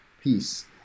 peace